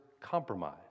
compromise